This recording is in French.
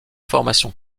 formation